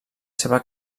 seva